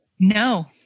No